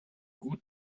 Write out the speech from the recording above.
gut